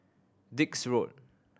Dix Road